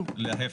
להיפך.